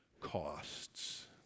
costs